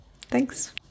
Thanks